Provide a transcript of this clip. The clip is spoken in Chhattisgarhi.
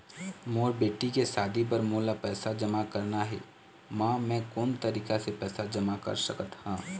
मोर बेटी के शादी बर मोला पैसा जमा करना हे, म मैं कोन तरीका से पैसा जमा कर सकत ह?